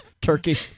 Turkey